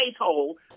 hole